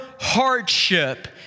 hardship